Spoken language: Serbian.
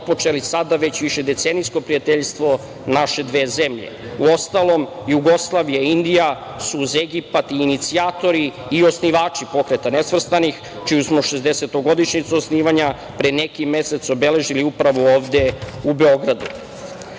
otpočeli sada već višedecenijsko prijateljstvo naše dve zemlje. Uostalom, Jugoslavija i Indija su uz Egipat inicijatori i osnivači Pokreta nesvrstanih čiju smo šezdesetogodišnjicu osnivanja pre neki mesec obeležili upravo ovde u Beogradu. Na